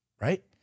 Right